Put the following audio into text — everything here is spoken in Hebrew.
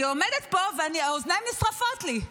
אני עומדת פה והאוזניים נשרפות לי,